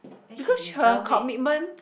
because her commitment